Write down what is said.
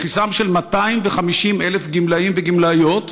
לכיסם של 250,000 גמלאים וגמלאיות,